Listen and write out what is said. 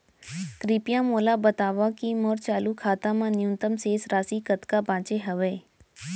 कृपया मोला बतावव की मोर चालू खाता मा न्यूनतम शेष राशि कतका बाचे हवे